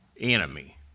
enemy